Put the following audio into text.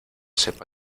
sepa